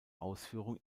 ausführung